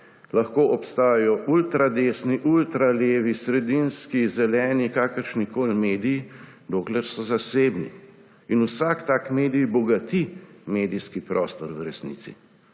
lahko obstajajo ultra desni, ultra levi, sredinski, zeleni, kakršnikoli mediji, dokler so zasebni. In vsak tak medij v resnici bogati medijski prostor.